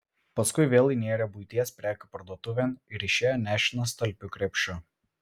paskui vėl įnėrė buities prekių parduotuvėn ir išėjo nešinas talpiu krepšiu